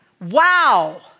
Wow